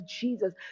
Jesus